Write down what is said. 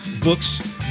books